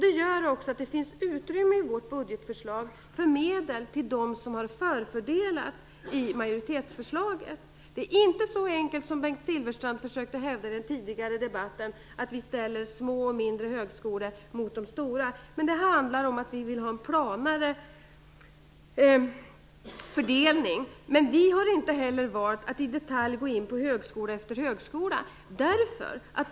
Det gör att det i vårt budgetförslag finns utrymme för medel till dem som har förfördelats i majoritetsförslaget. Det är inte så enkelt som Bengt Silfverstrand försökte göra gällande i den tidigare debatten - att vi ställer små och mindre högskolor mot stora. Vi vill ha en planare fördelning, men vi har valt att i detalj gå in på högskola efter högskola.